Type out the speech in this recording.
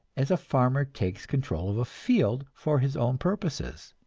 as a farmer takes control of a field for his own purposes.